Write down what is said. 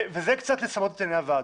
וזה קצת לסמא את עיני הוועדה.